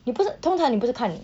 你不是通常你不是看